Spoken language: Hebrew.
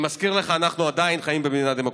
אני מזכיר לך, אנחנו עדיין חיים במדינה דמוקרטית.